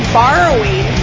borrowing